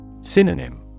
Synonym